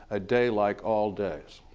a day like all days.